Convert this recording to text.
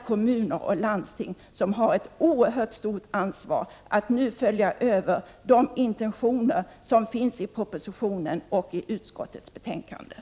Kommuner och landsting har ett oerhört ansvar att nu följa upp de intentioner som finns i propositionen och i utskottsbetänkandet.